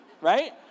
right